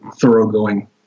thoroughgoing